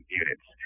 units